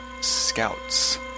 scouts